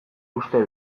uste